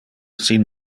sin